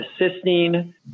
assisting